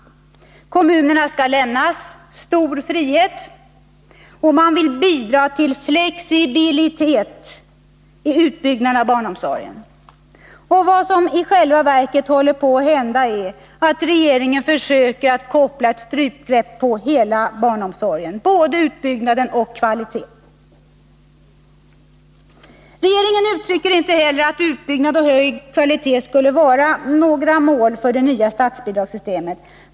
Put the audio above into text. Kommunerna skall lämnas ”stor frihet”, och man vill bidra till ”flexibilitet” i utbyggnaden av barnomsorgen. Vad som i själva verket håller på att hända är att regeringen försöker koppla ett strypgrepp på hela barnomsorgen, både utbyggnaden och kvaliteten. Regeringen uttalar inte heller att utbyggnad och höjd kvalitet skulle vara några mål för det nya statsbidragssystemet.